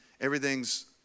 everything's